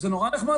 נורא נחמד,